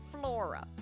Flora